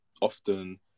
often